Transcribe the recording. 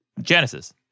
Genesis